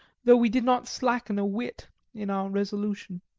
though we did not slacken a whit in our resolution.